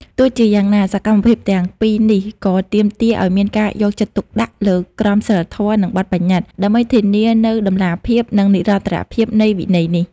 ទោះជាយ៉ាងណា សកម្មភាពទាំងពីរនេះក៏ទាមទារឲ្យមានការយកចិត្តទុកដាក់លើ ក្រមសីលធម៌ និងបទប្បញ្ញត្តិ ដើម្បីធានានូវតម្លាភាព និងនិរន្តរភាពនៃវិស័យនេះ។